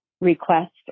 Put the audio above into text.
request